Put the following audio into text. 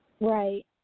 Right